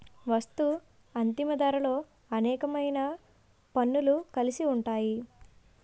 వస్తూ అంతిమ ధరలో అనేకమైన పన్నులు కలిసి ఉంటాయి